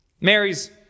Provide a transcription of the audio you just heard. Mary's